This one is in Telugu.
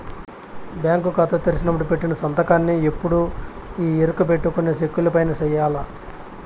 బ్యాంకు కాతా తెరిసినపుడు పెట్టిన సంతకాన్నే ఎప్పుడూ ఈ ఎరుకబెట్టుకొని సెక్కులవైన సెయ్యాల